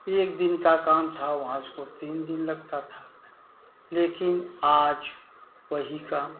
एक दिन का काम था वहाँ उसको तीन दिन लगता था लेकिन आज वही काम